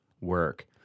work